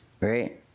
right